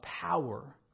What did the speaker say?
power